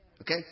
Okay